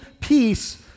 peace